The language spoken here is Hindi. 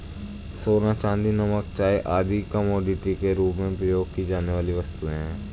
सोना, चांदी, नमक, चाय आदि कमोडिटी के रूप में प्रयोग की जाने वाली वस्तुएँ हैं